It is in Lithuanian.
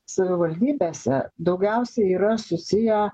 savivaldybėse daugiausiai yra susiję